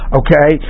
okay